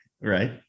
Right